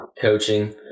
coaching